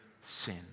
sin